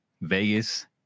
Vegas